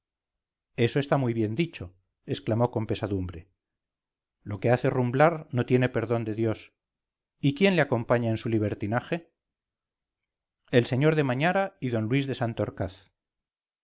eso está muy bien dicho exclamó con pesadumbre lo que hace rumblar no tiene perdón de dios y quién le acompaña en su libertinaje el señor de mañara y d luis de